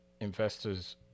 investors